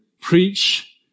Preach